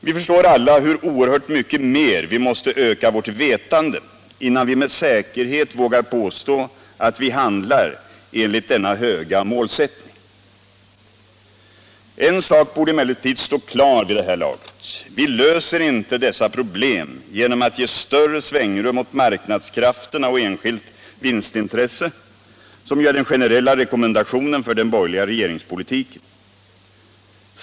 Vi förstår alla hur oerhört mycket mer vi måste öka vårt vetande, innan vi med säkerhet vågar påstå att vi handlar enligt denna höga målsättning. En sak borde emellertid stå klar vid det här laget. Vi löser inte dessa problem genom att ge större svängrum åt marknadskrafterna och enskilt vinstintresse, som ju är den generella rekommendationen för den borgerliga regeringspolitiken.